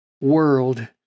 world